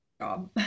job